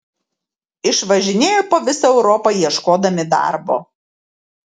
išvažinėjo po visą europą ieškodami darbo